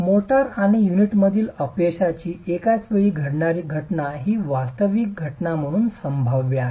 mortar आणि युनिटमधील अपयशाची एकाच वेळी घडणारी घटना ही वास्तविक घटना म्हणून सर्वात संभाव्य आहे